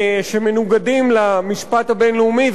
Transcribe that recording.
שמנוגדים למשפט הבין-לאומי,